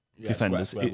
defenders